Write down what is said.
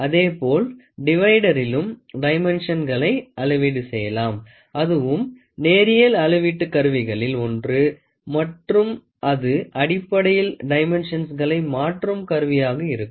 அதேபோல் டிவைடெரிலும் டைமென்ஷன்களை அளவீடு செய்யலாம் அதுவும் நேரியல் அளவீட்டு கருவிகளில் ஒன்று மற்றும் அது அடிப்படையில் டைமென்ஷன்களை மாற்றும் கருவியாக இருக்கும்